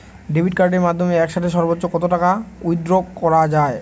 Debit কার্ডের মাধ্যমে একসাথে সর্ব্বোচ্চ কত টাকা উইথড্র করা য়ায়?